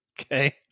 Okay